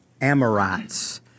Amorites